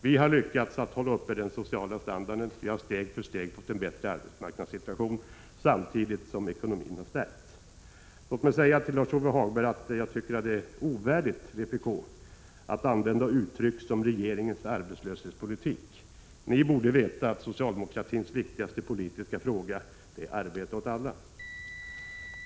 Vi har lyckats upprätthålla den sociala standarden, vi har steg för steg fått en bättre arbetsmarknadssituation, samtidigt som ekonomin har stärkts. Låt mig säga till Lars-Ove Hagberg att jag tycker att det är ovärdigt vpk att använda uttryck som ”regeringens arbetslöshetspolitik”. Ni borde veta att socialdemokratins viktigaste fråga är arbete åt alla.